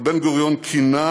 אבל בן-גוריון כינה